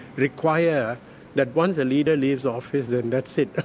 require that once a leader leaves office, then that's it.